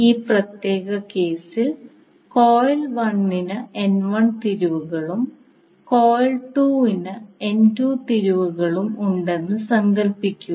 ഈ പ്രത്യേക കേസിൽ കോയിൽ 1 ന് N1 തിരിവുകളും കോയിൽ 2 ന് തിരിവുകളും ഉണ്ടെന്ന് സങ്കൽപ്പിക്കുക